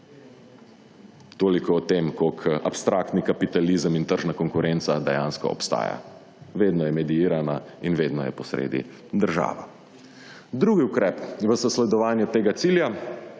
Toliko o tem koliko abstraktni kapitalizem in tržna konkurenca dejansko obstaja. Vedno je mediirana in vedno je posredi država. Drugi ukrep v zasledovanju tega cilja,